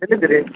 ಎಲ್ಲಿದ್ದೀರಿ